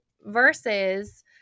versus